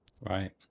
Right